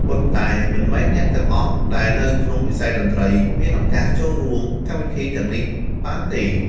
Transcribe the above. ប៉ុន្តែមិនមែនអ្នកទាំងអស់ដែលនៅក្នុងវិស័យតន្ត្រីមានឱកាសចូលរួមកម្មវិធីទាំងនេះបានទេ។